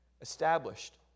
established